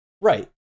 right